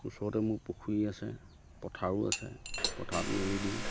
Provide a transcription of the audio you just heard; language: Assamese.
ওচৰতে মোৰ পুখুৰী আছে পথাৰো আছে পথাৰত মেলি দিওঁ